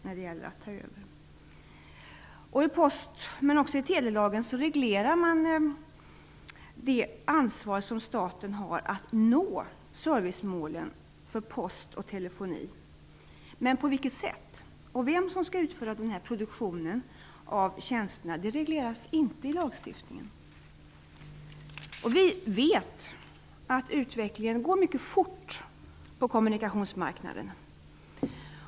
I postlagen men också i telelagen regleras det ansvar staten har att nå servicemålen för post och telefoni. Men på vilket sätt det skall ske och vem som skall utföra denna produktion av tjänster regleras inte i lagstiftningen. Vi vet att utvecklingen går mycket fort på kommunikationsmarknaden.